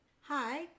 Hi